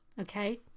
Okay